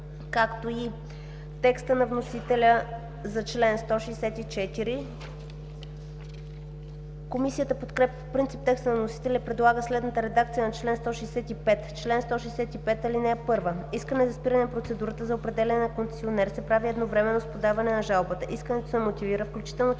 както и текстът на вносителя за чл. 164. Комисията подкрепя по принцип текста на вносителя и предлага следната редакция на чл. 165: „Чл. 165. (1) Искане за спиране на процедурата за определяне на концесионер се прави едновременно с подаване на жалбата. Искането се мотивира, включително чрез